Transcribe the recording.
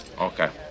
Okay